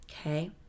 Okay